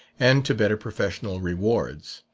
and to better professional rewards.